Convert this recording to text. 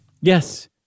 Yes